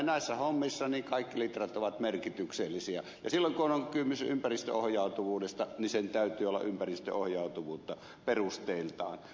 näissä hommissahan kaikki litrat ovat merkityksellisiä ja silloin kun on kysymys ympäristöohjautuvuudesta sen täytyy olla ympäristöohjautuvuutta perusteiltaan